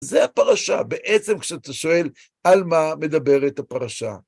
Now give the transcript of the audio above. זה הפרשה בעצם כשאתה שואל על מה מדברת הפרשה.